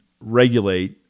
regulate